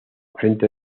frente